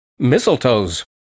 Mistletoes